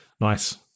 Nice